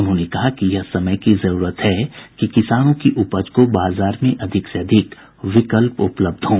उन्होंने कहा कि यह समय की जरूरत है कि किसानों की उपज को बाजार में अधिक से अधिक विकल्प उपलब्ध हों